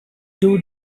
two